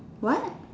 what